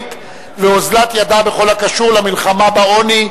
הישראלית ואוזלת ידה בכל הקשור למלחמה בעוני,